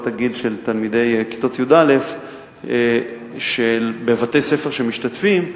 הגיל של תלמידי כיתות י"א בבתי-הספר שמשתתפים,